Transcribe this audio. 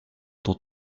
dans